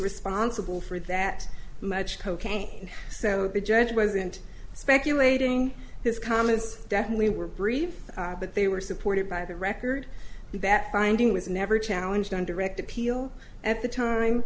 responsible for that much cocaine so the judge wasn't speculating his comments definitely were brief but they were supported by the record that finding was never challenged on direct appeal at the